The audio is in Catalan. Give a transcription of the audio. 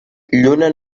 lluna